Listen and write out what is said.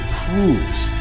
proves